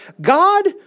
God